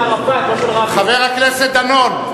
חבר הכנסת דנון.